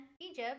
Egypt